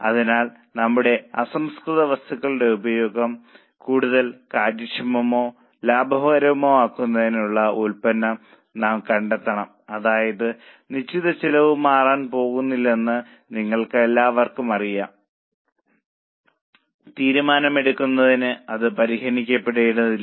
അതിനാൽ നമ്മുടെ അസംസ്കൃത വസ്തുക്കളുടെ ഉപയോഗം കൂടുതൽ കാര്യക്ഷമമോ ലാഭകരമോ ആക്കുന്നതിനുള്ള ഉൽപ്പന്നം നാം കണ്ടെത്തണം അതായത് നിശ്ചിത ചെലവ് മാറാൻ പോകുന്നില്ലെന്ന് നിങ്ങൾക്കെല്ലാവർക്കും അറിയാവുന്നതിനാൽ തീരുമാനമെടുക്കുന്നതിന് അത് പരിഗണിക്കപ്പെടേണ്ടതില്ല